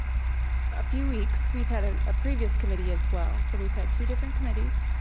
a few weeks. we've had ah a previous committee as well, so we've had two different committees.